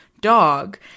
dog